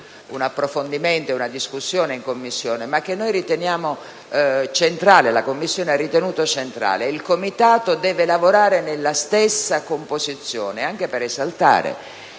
un approfondimento e una discussione in Commissione, ma che la Commissione stessa, ha ritenuto centrale: il Comitato deve lavorare nella stessa composizione, anche per esaltare